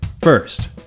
First